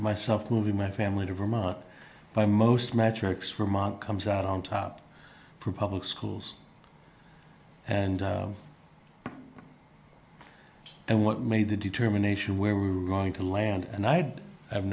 myself moving my family to vermont by most metrics remount comes out on top public schools and and what made the determination where we were going to land and i'd have